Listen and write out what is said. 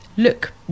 look